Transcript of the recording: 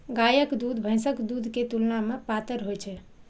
गायक दूध भैंसक दूध के तुलना मे पातर होइ छै